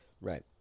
Right